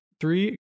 Three